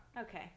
okay